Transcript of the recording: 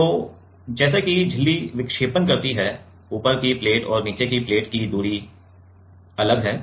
तो जैसा कि झिल्ली विक्षेपण करती है ऊपर की प्लेट और नीचे के बीच की दूरी अलग है